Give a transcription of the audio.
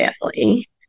family